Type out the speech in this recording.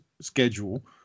schedule